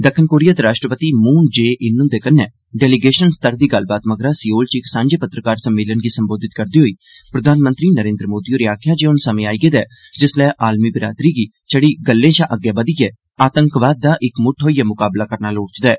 दक्खन कोरिया दे राश्ट्रपति ध्मून जे इनख्ंदे कन्नै डेलीगेशन स्तर दी गल्लबात मगरा सियोल च इक सांझे पत्रकार सम्मेलन गी संबोधित करदे होई प्रधानमंत्री नरेन्द्र मोदी होरें आखेआ जे ह्न समें आई गेदा ऐ जिसलै आलमी बिरादरी गी छड़ा गल्ले शा अग्गे बधियैए आतंकवाद दा इकमुट्ठ होइयै म्काबला करना लोड़चदा ऐ